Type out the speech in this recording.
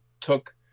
took